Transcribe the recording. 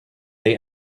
they